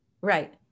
Right